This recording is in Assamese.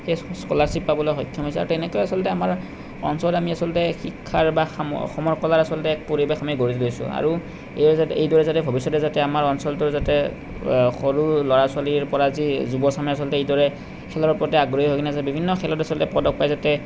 সেই স্কলাৰশ্বিপ পাবলৈ সক্ষম হৈছে আৰু তেনেকৈ আচলতে আমাৰ অঞ্চলত আমি আচলতে শিক্ষাৰ বা সাম সমৰ কলা আচলতে পৰিৱেশ আমি গঢ়ি তুলিছোঁ আৰু এই যাতে এইদৰে যাতে ভৱিষ্যতে যাতে আমাৰ অঞ্চলটোৰ যাতে সৰু ল'ৰা ছোৱালীৰ পৰা যি যুৱচামে আচলতে এইদৰে খেলৰ প্ৰতি আগ্ৰহী হৈ কিনে যে বিভিন্ন খেলত আচলতে পদক পায় যাতে